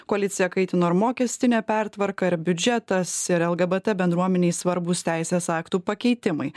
koaliciją kaitino ir mokestinė pertvarka ir biudžetas ir lgbt bendruomenei svarbūs teisės aktų pakeitimai